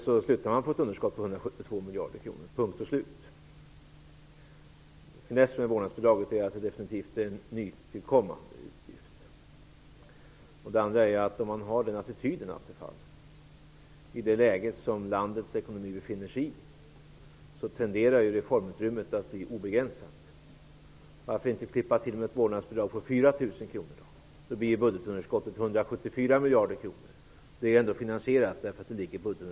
Man slutar med ett underskott på Finessen med vårdnadsbidraget är att det definitivt är en nytillkommen utgift. En annan sak är att om man har en sådan attityd, Stefan Attefall, i det läge som landets ekonomi befinner sig i, så tenderar reformutrymmet att bli obegränsat. Varför inte klippa till med ett vårdnadsbidrag på 4 000 kronor? Då blir budgetunderskottet 174 miljarder kronor, men det är ändå finansierat, eftersom det ligger i budgeten.